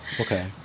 okay